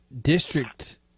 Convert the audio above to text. district